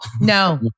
no